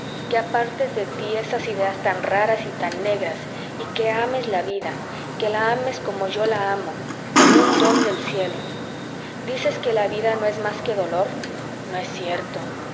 que apartes de tí esas ideas tan raras y tan negras y que ames la vida que la ames como yo la amo como un don del cielo dices que la vida no es más que dolor no es cierto